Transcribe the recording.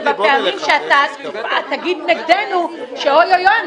בפעמים שאתה תגיד נגדנו אוי-אוי-אוי,